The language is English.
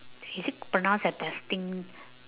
is it pronounced as destined